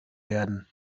werden